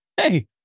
hey